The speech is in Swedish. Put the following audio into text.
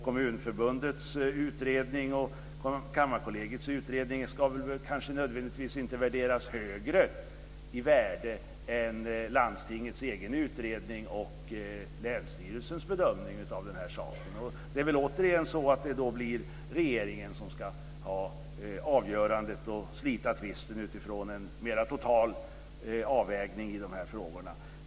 Kommunförbundets utredning och Kammarkollegiets utredning ska väl inte nödvändigtvis värderas högre än landstingets egen utredning och länsstyrelsens bedömning av den här saken. Det blir väl återigen regeringen som ska slita tvisten utifrån en mera total avvägning i de här frågorna.